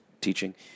teaching